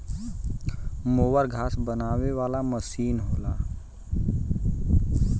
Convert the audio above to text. mower घास बनावे वाला मसीन होला